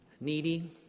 needy